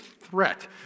threat